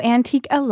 Antique